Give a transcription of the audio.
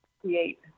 create